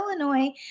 Illinois